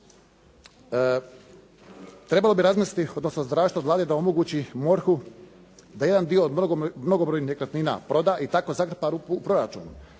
Trebalo bi razmisliti, odnosno zatražiti od Vlade da omogući MORH-u da jedan dio od mnogobrojnih nekretnina proda i tako zakrpa rupu u proračunu,